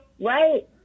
right